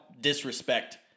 disrespect